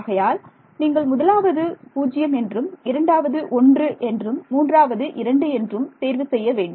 ஆகையால் நீங்கள் முதலாவது 0 என்றும் இரண்டாவது 1 என்றும் மூன்றாவது 2 என்றும் தேர்வு செய்ய வேண்டும்